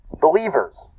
believers